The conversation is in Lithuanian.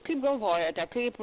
kaip galvojate kaip